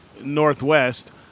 northwest